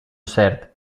cert